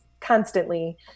constantly